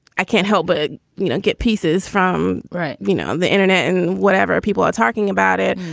i can't help but you know get pieces from. right. you know, the internet and whatever people are talking about it.